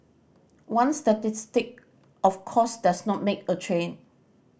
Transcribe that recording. one statistic of course does not make a trend